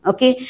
Okay